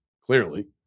clearly